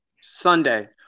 Sunday